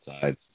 sides